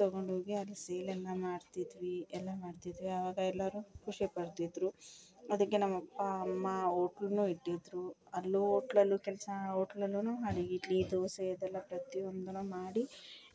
ತಗೊಂಡೋಗಿ ಮಾಡ್ತಿದ್ವಿ ಎಲ್ಲ ಮಾಡ್ತಿದ್ವಿ ಆವಾಗ ಎಲ್ಲರೂ ಖುಷಿ ಪಡ್ತಿದ್ರು ಅದಕ್ಕೆ ನಮ್ಮಪ್ಪ ಅಮ್ಮ ಹೋಟ್ಲುನು ಇಟ್ಟಿದ್ದರು ಅಲ್ಲೂ ಹೊಟ್ಲಲ್ಲೂ ಕೆಲಸ ಹೊಟ್ಲಲ್ಲು ಅಡ್ಗೆ ನೀರು ದೋಸೆ ಇದೆಲ್ಲ ಪ್ರತಿ ಒಂದೂ ಮಾಡಿ